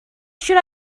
should